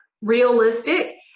realistic